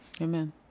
Amen